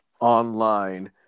online